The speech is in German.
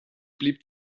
blieb